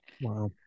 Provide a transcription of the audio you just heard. Wow